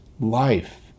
life